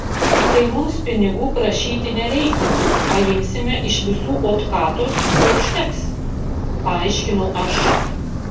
tai mums pinigų prašyti nereikia paimsime iš visų otkatus ir užteks paaiškinau aš